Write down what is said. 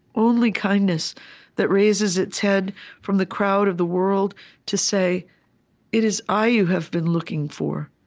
only kindness that raises its head from the crowd of the world to say it is i you have been looking for,